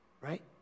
right